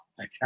Okay